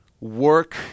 work